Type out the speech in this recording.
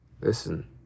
Listen